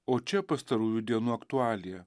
o čia pastarųjų dienų aktualija